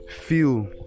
Feel